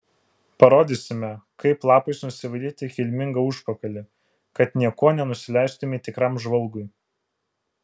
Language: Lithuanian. parodysime kaip lapais nusivalyti kilmingą užpakalį kad niekuo nenusileistumei tikram žvalgui